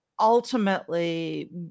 ultimately